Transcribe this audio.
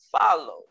follow